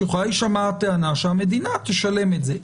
יכולה להישמע הטענה שהמדינה תשלם את זה,